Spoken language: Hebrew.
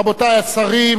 רבותי השרים,